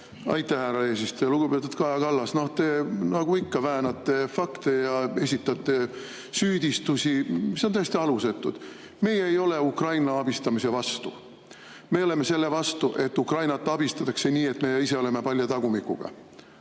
Aitäh, härra eesistuja! Lugupeetud Kaja Kallas! Te nagu ikka väänate fakte ja esitate süüdistusi, mis on täiesti alusetud. Meie ei ole Ukraina abistamise vastu. Me oleme selle vastu, et Ukrainat abistatakse nii, et me ise oleme palja tagumikuga,